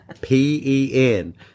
P-E-N